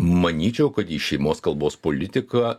manyčiau kad į šeimos kalbos politiką